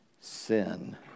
sin